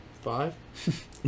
five